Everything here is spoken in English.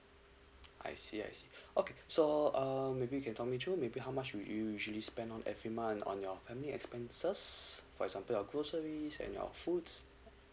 I see I see okay so um maybe you can talk me through maybe how much would you usually spend on every month on your family expenses for example your groceries and your foods